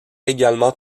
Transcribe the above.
également